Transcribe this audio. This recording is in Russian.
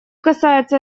касается